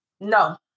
No